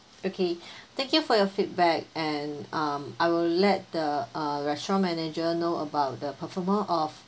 okay thank you for your feedback and um I will let the uh restaurant manager know about the performance of